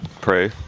pray